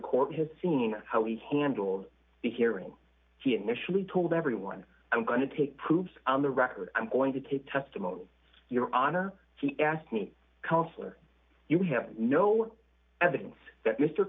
court has seen how he handled the hearing he initially told everyone i'm going to take proves on the record i'm going to take testimony your honor he asked me counselor you have no evidence that mr